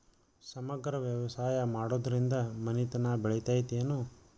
ಸಮಗ್ರ ವ್ಯವಸಾಯ ಮಾಡುದ್ರಿಂದ ಮನಿತನ ಬೇಳಿತೈತೇನು?